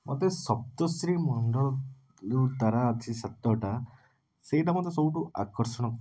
ମୋତେ ସପ୍ତର୍ଷିମଣ୍ଡଳ ଯୋଉଁ ତାରା ଅଛି ସାତଟା ସେଇଟା ମୋତେ ସବୁଠୁ ଆକର୍ଷଣ କରେ